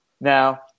Now